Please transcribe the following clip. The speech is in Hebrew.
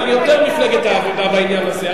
אבל יותר מפלגת העבודה בעניין הזה.